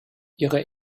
ihre